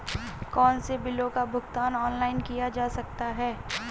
कौनसे बिलों का भुगतान ऑनलाइन किया जा सकता है?